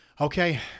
Okay